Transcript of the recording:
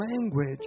language